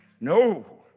No